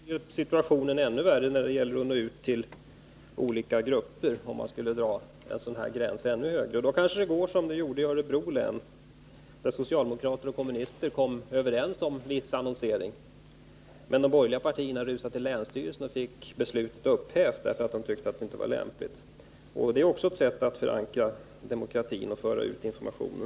Herr talman! Det skulle göra situationen ännu värre när det gäller att nå ut till olika grupper. Om man skulle dra en sådan gräns ännu högre upp, kanske det skulle gå som det gjorde i Örebro län, där socialdemokrater och kommunister kom överens om en viss annonsering. Men de borgerliga partierna rusade till länsstyrelsen och fick beslutet upphävt därför att de inte tyckte att det var lämpligt. — Det är också ett sätt att förankra demokratin och föra ut informationen.